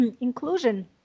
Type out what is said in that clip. inclusion